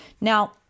Now